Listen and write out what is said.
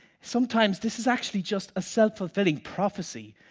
sometimes this is actually just a self-fullfilling prophecy.